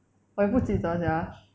我也不记得 sia